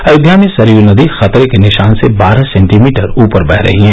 अयोध्या में सरयू नदी खतरे के निशान से बारह सेंटीनीटर ऊपर वह रही है